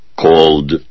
called